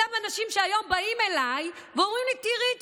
אותם אנשים שהיום באים אליי ואומרים לי: תראי,